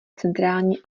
centrální